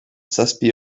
zazpi